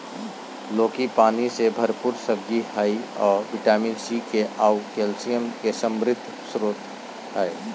लौकी पानी से भरपूर सब्जी हइ अ विटामिन सी, के आऊ कैल्शियम के समृद्ध स्रोत हइ